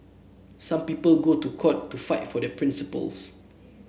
some people go to court to fight for their principles